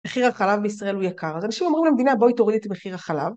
‫מחיר החלב בישראל הוא יקר, ‫אז אנשים אמרו למדינה, ‫בואי תורידי את מחיר החלב